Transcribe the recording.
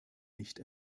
nicht